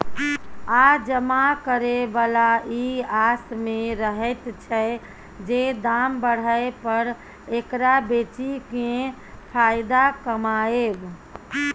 आ जमा करे बला ई आस में रहैत छै जे दाम बढ़य पर एकरा बेचि केँ फायदा कमाएब